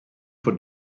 for